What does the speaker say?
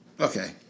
okay